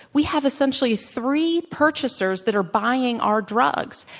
we have essentially three purchasers that are buying our drugs.